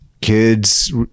Kids